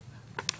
אוקיי,